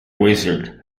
wizard